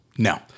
No